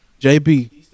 JB